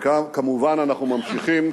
וכמובן, אנחנו גם ממשיכים